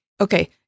Okay